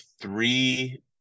three